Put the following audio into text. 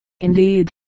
Indeed